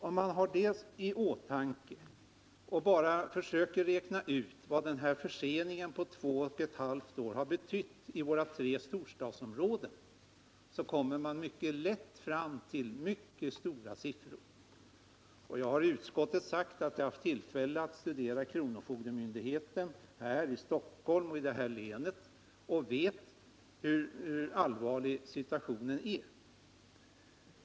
Om man har det i åtanke och försöker räkna ut vad den här förseningen på två och ett halvt år har betytt i våra tre storstadsområden kommer man lätt fram till mycket stora siffror. Jag har i utskottet sagt att jag har haft tillfälle att studera kronofogdemyndigheten här i Stockholm och i Stockholms län. Jag vet hur allvarlig situationen är.